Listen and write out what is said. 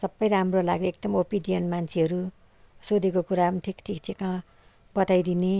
सबै राम्रो लाग्यो एकदम ओबिडियन्ट मान्छेहरू सोधेको कुरा पनि ठिक ठिकसँग बताइदिने